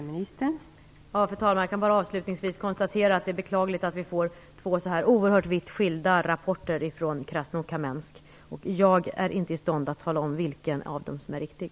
Fru talman! Jag kan bara avslutningsvis konstatera att det är beklagligt att vi får två så oerhört vitt skilda rapporter från Krasnokamensk. Jag är inte i stånd att tala om vilken av dem som är riktig.